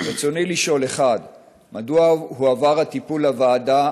רצוני לשאול: 1. מדוע הועבר הטיפול לוועדה,